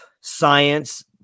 science